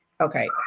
Okay